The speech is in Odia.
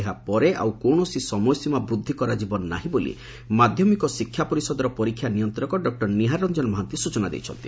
ଏହାପରେ ଆଉ କୌଣସି ସମୟସୀମା ବୃଦ୍ଧି କରାଯିବ ନାହିଁ ବୋଲି ମାଧ୍ଧମିକ ଶିକ୍ଷା ପରିଷଦର ପରୀକ୍ଷା ନିୟନ୍ତକ ଡ ନିହାର ରଂଜନ ମହାନ୍ତି ସ୍ଚନା ଦେଇଛନ୍ତି